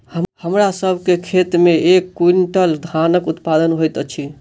हमरा सभ के खेत में एक क्वीन्टल धानक उत्पादन होइत अछि